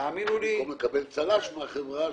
במקום לקבל צל"ש מן החברה,